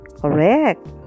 Correct